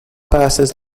passes